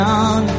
on